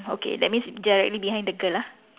okay that's means directly behind the girl ah